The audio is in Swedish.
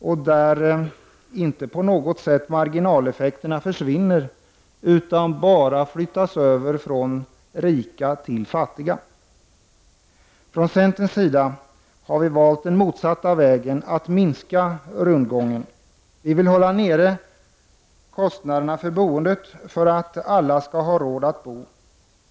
Där försvinner marginaleffekterna inte på något sätt; de flyttas bara över från rika till fattiga. Från centerns sida har vi valt den motsatta vägen, att minska rundgången. Vi vill hålla nere kostnaderna för boendet för att alla skall ha råd att bo.